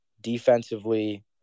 defensively